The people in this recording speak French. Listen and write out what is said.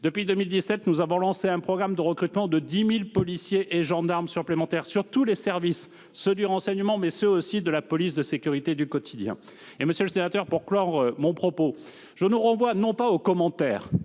Depuis 2017, nous avons lancé un programme de recrutement de 10 000 policiers et gendarmes supplémentaires pour tous les services, qu'il s'agisse du renseignement, mais aussi de la police de sécurité du quotidien. Monsieur le sénateur, pour clore mon propos, je vous renvoie non pas aux commentaires,